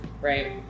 right